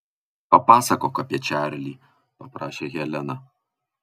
papasakok apie čarlį paprašė helena